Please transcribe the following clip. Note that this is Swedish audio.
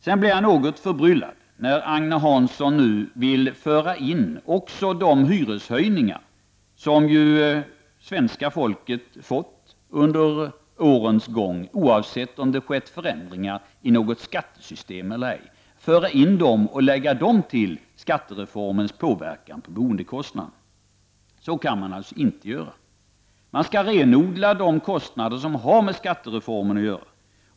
Jag blev något förbryllad när Agne Hansson ville föra in även de hyreshöjningar som drabbat svenska folket under årens gång, oavsett om det har skett förändringar av något skattesystem eller ej, och lägga dem till skattereformens påverkan på boendekostnaderna. Så kan man alltså inte göra. Man skall renodla de kostnader som har med skattereformen att göra.